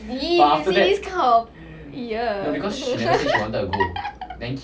!ee! you see this kind of !eeyer!